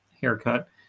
haircut